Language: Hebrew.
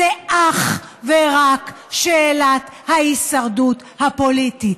זה אך ורק שאלת ההישרדות הפוליטית?